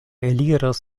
eliras